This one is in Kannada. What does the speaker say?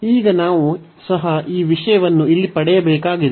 ಈಗ ನಾವು ಸಹ ಈ ವಿಷಯವನ್ನು ಇಲ್ಲಿ ಪಡೆಯಬೇಕಾಗಿದೆ